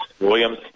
williams